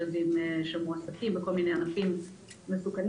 ילדים מועסקים בכל מיני ענפים מסוכנים.